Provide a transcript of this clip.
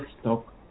stock